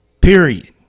Period